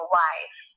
life